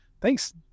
thanks